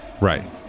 Right